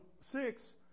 six